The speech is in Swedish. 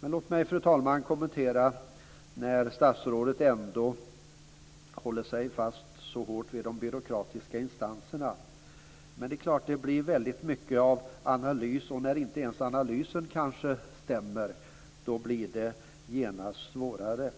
Men låt mig, fru talman, ändå få kommentera att statsrådet håller sig fast så hårt vid de byråkratiska instanserna. Det är klart att det blir väldigt mycket av analys. Och när kanske inte ens analysen stämmer blir det genast svårare.